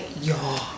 y'all